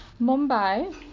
Mumbai